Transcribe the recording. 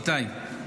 רבותיי,